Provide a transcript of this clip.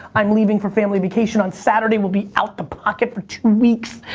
i'm leaving for family vacation on saturday, we'll be out the pocket for two weeks.